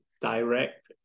direct